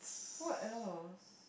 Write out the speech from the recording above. what else